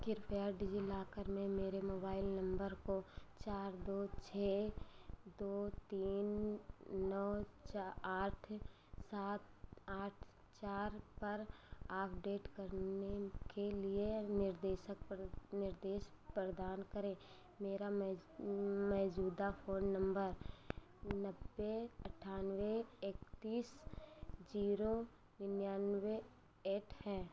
कृपया डिजिलॉकर में मेरे मोबाइल नम्बर को चार दो छः दो तीन नौ आठ सात आठ चार पर अपडेट करने के लिए निर्देशक निर्देश प्रदान करें मेरा मैजूदा फ़ोन नम्बर नब्बे अट्ठानबे एकतीस जीरो निन्यानबे एट है